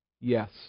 yes